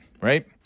right